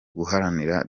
guharanira